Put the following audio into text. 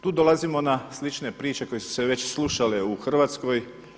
Tu dolazimo na slične priče koje su se već slušale u Hrvatskoj.